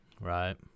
Right